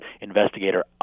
investigator